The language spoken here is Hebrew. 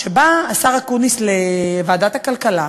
כשבא השר אקוניס לוועדת הכלכלה,